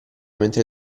mentre